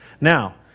Now